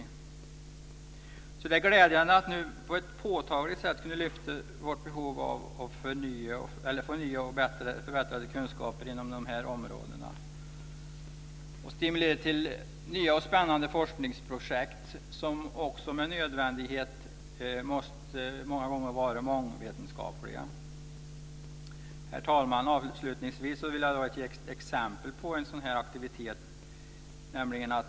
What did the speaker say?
Det är alltså glädjande att vi nu på ett påtagligt sätt kan lyfta vårt behov av förnyade och förbättrade kunskaper på de här områdena, och stimulera till nya och spännande forskningsprojekt som också med nödvändighet många gånger måste vara mångvetenskapliga. Fru talman! Avslutningsvis vill jag ge ett exempel på en sådan här aktivitet.